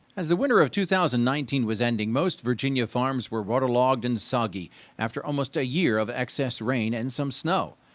as the winter of two thousand and nineteen was ending, most virginia farms were waterlogged and soggy after almost a year of excess rain and some snow.